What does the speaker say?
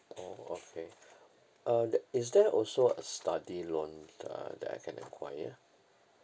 oh okay um is there also a study loan uh that I can acquire